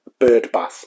Birdbath